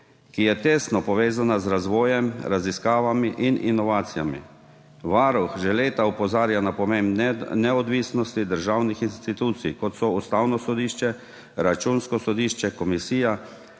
ki je tesno povezana z razvojem, raziskavami in inovacijami. Varuh že leta opozarja na pomen neodvisnosti državnih institucij, kot so Ustavno sodišče, Računsko sodišče, Komisija